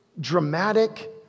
dramatic